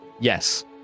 yes